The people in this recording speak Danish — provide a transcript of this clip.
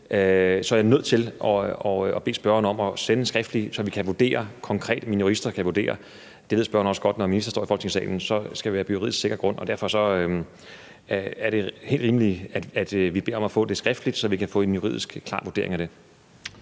til, er nødt til at bede spørgeren om at sende det skriftligt, så vi kan vurdere det konkret, så mine jurister kan vurdere det. Det ved spørgeren også godt. Når en minister står i Folketingssalen, skal det være på juridisk sikker grund, og derfor er det helt rimeligt, at vi beder om at få det skriftligt, så vi kan få en juridisk klar vurdering af det.